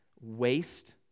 waste